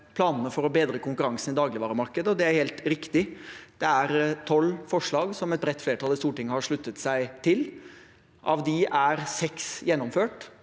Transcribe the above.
planene for å bedre konkurransen i dagligvaremarkedet. Det er helt riktig – det er tolv forslag som et bredt flertall i Stortinget har sluttet seg til. Av dem er seks gjennomført,